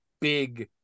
big